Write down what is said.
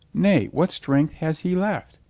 nay, what strength has he left?